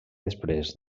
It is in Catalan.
després